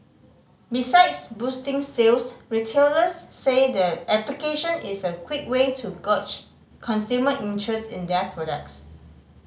besides boosting sales retailers say the application is a quick way to gauge consumer interest in their products